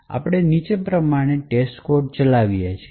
આપણે નીચે પ્રમાણે testcode ચલાવીએ છીએ